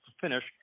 finish